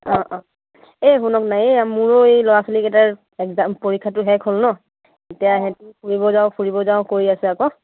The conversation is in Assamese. অঁ অঁ এই শুনক না এই মোৰ এই ল'ৰা ছোৱালীকেইটাই এক্সাম পৰীক্ষাটো শেষ হ'ল ন এতিয়া সিহঁতি ফুৰিব যাওঁ ফুৰিব যাওঁ কৰি আছে আকৌ